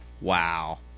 Wow